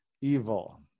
evil